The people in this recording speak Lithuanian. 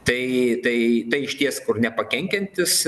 tai tai tai išties kur nepakenkiantis